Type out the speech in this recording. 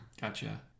Gotcha